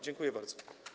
Dziękuję bardzo.